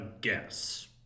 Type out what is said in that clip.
guess